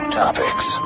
topics